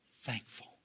thankful